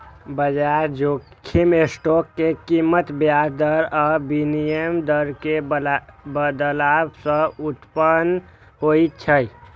बाजार जोखिम स्टॉक के कीमत, ब्याज दर आ विनिमय दर मे बदलाव सं उत्पन्न होइ छै